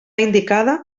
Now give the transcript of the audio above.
indicada